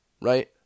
Right